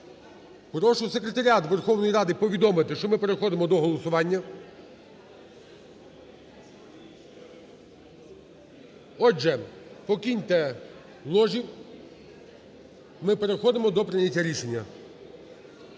прошу Секретаріат Верховної Ради повідомити, що ми переходимо до голосування. Отже, покиньте ложі, ми переходимо до прийняття рішення.